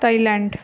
Thailand